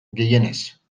gehienez